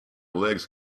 legs